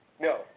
No